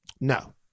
No